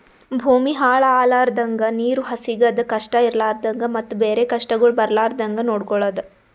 ಭೂಮಿ ಹಾಳ ಆಲರ್ದಂಗ, ನೀರು ಸಿಗದ್ ಕಷ್ಟ ಇರಲಾರದಂಗ ಮತ್ತ ಬೇರೆ ಕಷ್ಟಗೊಳ್ ಬರ್ಲಾರ್ದಂಗ್ ನೊಡ್ಕೊಳದ್